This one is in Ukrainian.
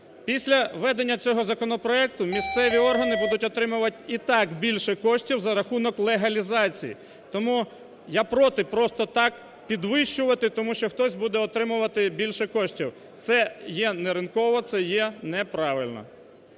Після введення цього законопроекту місцеві органи будуть отримувати і так більше коштів за рахунок легалізації. Тому я проти просто так підвищувати, тому що хтось буде отримувати більше коштів. Це є неринково, це є неправильно.